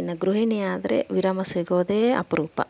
ಇನ್ನು ಗೃಹಿಣಿ ಆದರೆ ವಿರಾಮ ಸಿಗೋದೇ ಅಪರೂಪ